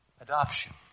adoption